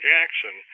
Jackson